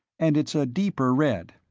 and it's a deeper red.